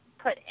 put